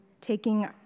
taking